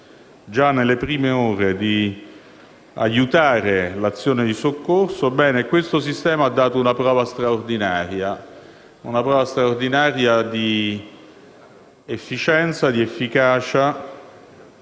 già nelle prime ore di aiutare nell'azione di soccorso - hanno dato una prova straordinaria di efficienza, di efficacia